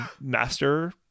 master